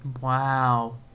Wow